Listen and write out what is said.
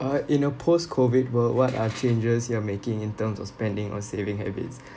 uh in a post-COVID world what are changes you are making in terms of spending or saving habits